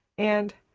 and.